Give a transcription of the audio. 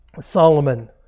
Solomon